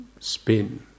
spin